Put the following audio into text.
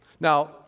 Now